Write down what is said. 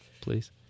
please